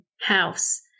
house